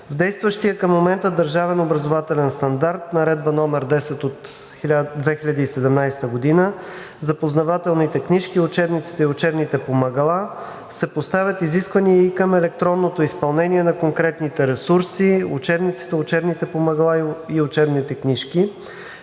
С действащия към момента държавен образователен стандарт – Наредба № 10 от 2017 г., за познавателните книжки, учебниците и учебните помагала се поставят изисквания и към електронното изпълнение на конкретните ресурси – учебниците, учебните помагала и учебните книжки